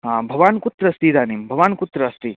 हा भवान् कुत्र अस्ति इदानीं भवान् कुत्र अस्ति